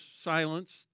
silenced